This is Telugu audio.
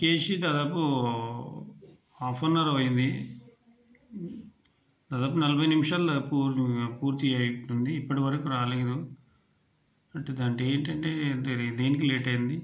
బుక్ చేసి దదాపు హాఫ్ యాన్ అవర్ అయ్యింది దాదాపు నలభై నిముషాలు పూర్ పూర్తిగా అయిపోతుంది ఇప్పటివరకు రాలేదు అంటేదేంటంటే దేరి దేనికి లేట్ అయ్యింది